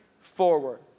forward